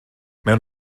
mewn